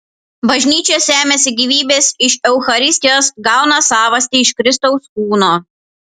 bažnyčia semiasi gyvybės iš eucharistijos gauną savastį iš kristaus kūno